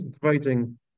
providing